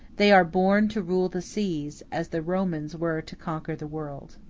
they are born to rule the seas, as the romans were to conquer the world.